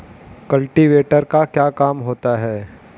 Cultivator का क्या काम होता है?